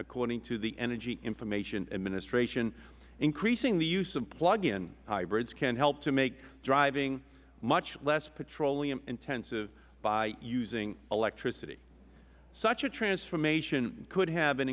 according to the energy information administration increasing the use of plug in hybrids can help to make driving much less petroleum intensive by using electricity such a transformation could have